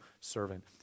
servant